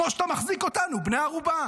כמו שאתה מחזיק אותנו בני ערובה,